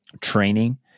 training